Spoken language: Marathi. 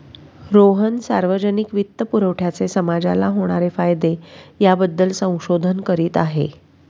रोहन सार्वजनिक वित्तपुरवठ्याचे समाजाला होणारे फायदे याबद्दल संशोधन करीत आहे